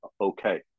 okay